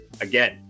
Again